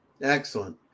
Excellent